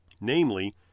Namely